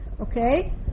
Okay